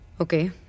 okay